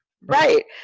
right